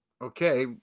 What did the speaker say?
okay